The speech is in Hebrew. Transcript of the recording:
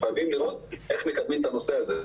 חייבים לראות איך מקדמים את הנושא הזה.